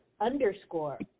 underscore